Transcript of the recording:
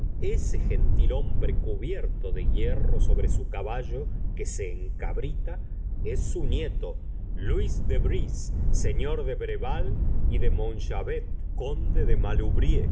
ese gentilhombre cubierto de hierro sobre su caballo que se encabrita es su nieto luis de breze señor de breval y de montchauvet conde de